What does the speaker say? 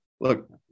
look